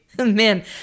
Man